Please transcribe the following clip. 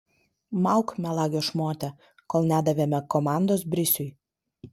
mauk melagio šmote kol nedavėme komandos brisiui